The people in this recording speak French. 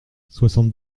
soixante